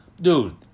dude